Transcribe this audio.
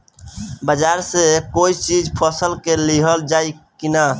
बाजार से कोई चीज फसल के लिहल जाई किना?